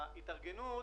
ההתארגנות